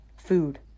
Food